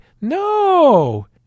No